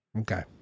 Okay